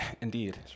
Indeed